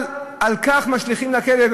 על כך משליכים לכלא?